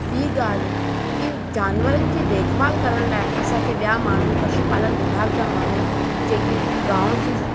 ॿीं ॻाल्हि की जानवरनि खे देखभाल करण लाइ असांखे ॿियां माण्हू पशु पालन विभाग जा माण्हू जेके गांव जी